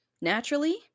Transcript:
naturally